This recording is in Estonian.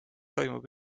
toimub